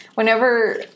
Whenever